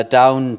down